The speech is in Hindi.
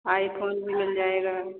आई फोन भी मिल जाएगा